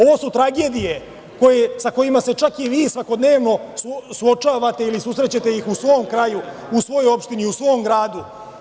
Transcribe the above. Ovo su tragedije sa kojima se čak i vi, svakodnevno suočavate ili ih susrećete u svom kraju, u svojoj opštini i u svom gradu.